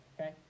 okay